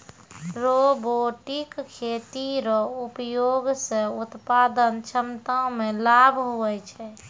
robotic खेती रो उपयोग से उत्पादन क्षमता मे लाभ हुवै छै